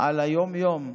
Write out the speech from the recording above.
על היום-יום: